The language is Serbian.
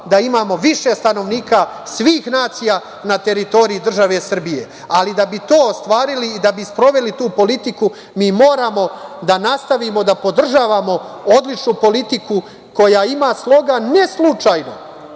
da imamo više stanovnika svih nacija na teritoriji države Srbije. Ali, da bi to ostvarili i da bi sproveli tu politiku mi moramo da nastavimo da podržavamo odličnu politiku koja ima sloga, ne slučajno,